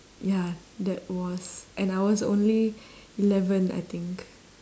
ya that was and I was only eleven I think